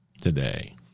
today